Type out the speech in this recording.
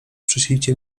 przyślijcie